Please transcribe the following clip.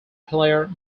player